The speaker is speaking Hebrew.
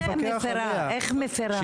איך מפרה, איך מפרה?